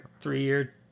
three-year